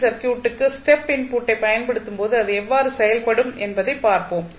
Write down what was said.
C சர்க்யூட்டுக்கு step இன்புட்டை பயன்படுத்தும் போது அது எவ்வாறு செயல்படும் என்பதை பார்ப்போம்